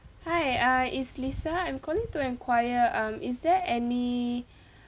hi uh it's lisa I'm calling to enquire um is there any